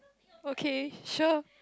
okay sure